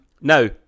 Now